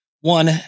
One